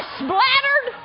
splattered